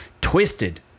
twisted